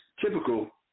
typical